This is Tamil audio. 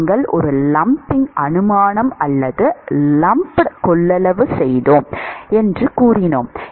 நாங்கள் ஒரு லம்ப்பிங் அனுமானம் அல்லது லம்ப்ட் கொள்ளளவு செய்தோம் என்று கூறினோம்